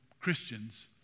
Christians